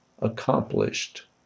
accomplished